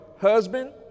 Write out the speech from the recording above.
husband